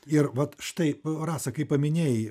ir vat štai rasą kai paminėjai